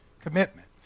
commitment